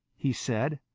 he said,